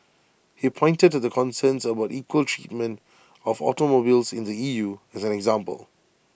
he pointed to concerns about equal treatment of automobiles in the E U as an example